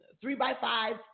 three-by-five